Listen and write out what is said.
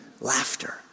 laughter